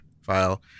file